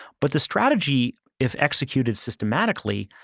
but the strategy, if executed systematically,